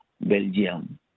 Belgium